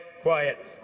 quiet